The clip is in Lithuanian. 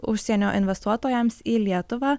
užsienio investuotojams į lietuvą